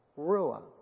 Ruah